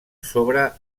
sobre